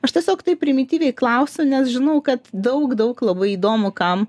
aš tiesiog taip primityviai klausiu nes žinau kad daug daug labai įdomu kam